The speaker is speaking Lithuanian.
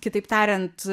kitaip tariant